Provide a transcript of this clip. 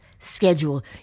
schedule